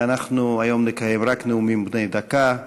ואנחנו היום נקיים רק נאומים בני דקה.